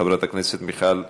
חברת הכנסת מיכל רוזין,